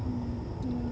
mm ya